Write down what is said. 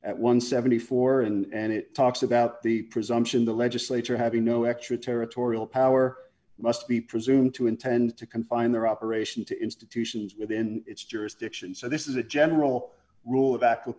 and seventy four dollars and it talks about the presumption the legislature having no extra territorial power must be presumed to intend to confine their operation to institutions within its jurisdiction so this is a general rule of a